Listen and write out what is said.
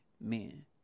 men